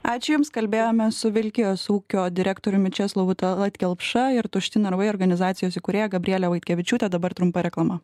ačiū jums kalbėjome su vilkijos ūkio direktoriumi česlovu talat kelpša ir tušti narvai organizacijos įkūrėja gabriele vaitkevičiūte dabar trumpa reklama